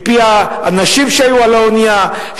מפי האנשים שהיו על האונייה,